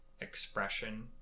Expression